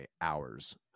hours